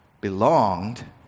belonged